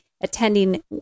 attending